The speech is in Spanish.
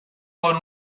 con